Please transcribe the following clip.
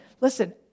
listen